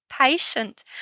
patient